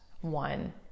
one